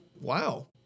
Wow